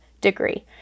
degree